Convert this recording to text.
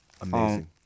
amazing